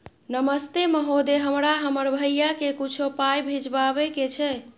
नमस्ते महोदय, हमरा हमर भैया के कुछो पाई भिजवावे के छै?